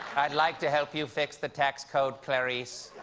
i'd like to help you fix the tax code, clarisse,